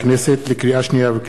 לקריאה שנייה ולקריאה שלישית,